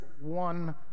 one